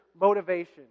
motivation